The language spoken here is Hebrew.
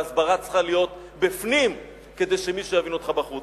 ההסברה צריכה להיות בפנים כדי שמישהו יבין אותך בחוץ.